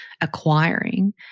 acquiring